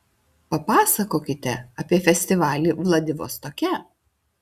papasakokite apie festivalį vladivostoke